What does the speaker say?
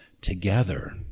together